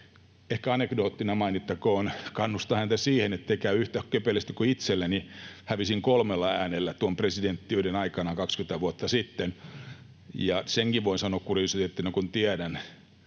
Ehkä anekdoottina mainittakoon: Kannustan häntä siihen, ettei käy yhtä köpelösti kuin itselleni. Hävisin kolmella äänellä tuon presidenttiyden aikanaan 20 vuotta sitten. Senkin voin sanoa kuriositeettina, kun tiedän,